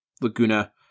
Laguna –